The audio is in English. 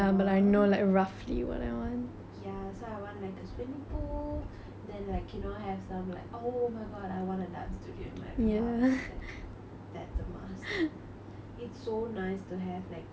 then like you know have some like oh my god I want a dance studio in my new house like that's a must it's so nice to have like you know plain white mirrors and like a space and speakers and then you know I can just